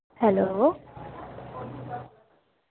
hello